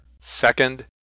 Second